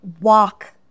walk